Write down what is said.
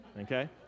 Okay